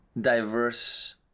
diverse